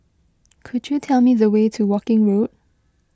could you tell me the way to Woking Road